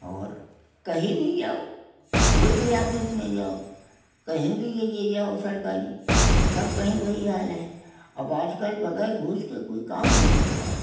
और कहीं भी जाओ कोई भी आफिस में जाओ कहीं भी जगे जाओ सरकारी सब कहीं वही हाल है अब आज कल वगैर घूस के कोई काम नहीं होता है